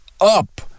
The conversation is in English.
up